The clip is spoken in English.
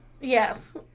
Yes